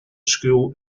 school